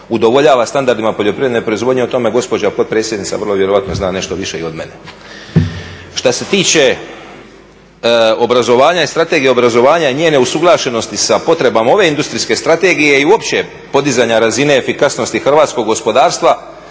udovoljava standardima poljoprivredne proizvodnje. O tome gospođa potpredsjednica vrlo vjerojatno zna nešto više od mene. Što se tiče obrazovanja i Strategije obrazovanja i njene usuglašenosti sa potrebama ove Industrijske strategije i uopće podizanja razine efikasnosti hrvatskog gospodarstva